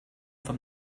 from